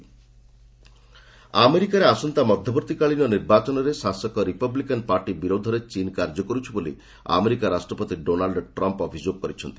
Trump China ଆମେରିକାରେ ଆସନ୍ତା ମଧ୍ୟବର୍ତ୍ତୀକାଳୀନ ନିର୍ବାଚନରେ ଶାସକ ରିପବ୍ଲିକାନ୍ ପାର୍ଟି ବିରୋଧରେ ଚୀନ୍ କାର୍ଯ୍ୟ କରୁଛି ବୋଲି ଆମେରିକା ରାଷ୍ଟ୍ରପତି ଡୋନାଲ୍ଚ ଟ୍ରମ୍ପ୍ ଅଭିଯୋଗ କରିଛନ୍ତି